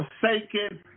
forsaken